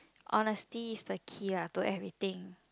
honesty is the key lah to everything